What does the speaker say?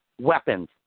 weapons